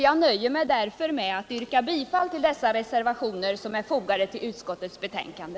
Jag nöjer mig därför med att yrka bifall till dessa reservationer, som är fogade till utskottets betänkande.